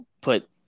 put